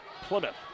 plymouth